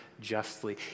justly